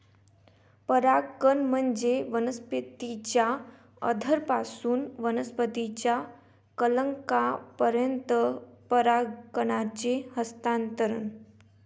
परागकण म्हणजे वनस्पतीच्या अँथरपासून वनस्पतीच्या कलंकापर्यंत परागकणांचे हस्तांतरण